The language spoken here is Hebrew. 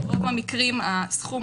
ברוב המקרים הסכום,